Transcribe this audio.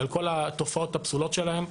על כל התופעות הפסולות שלהם.